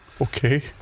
Okay